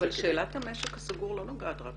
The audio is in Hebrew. אבל שאלת המשק הסגור לא נוגעת רק